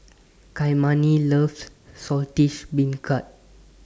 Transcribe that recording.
Kymani loves Saltish Beancurd